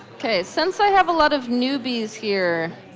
ok, since i have a lot of newbies here,